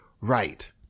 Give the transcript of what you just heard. right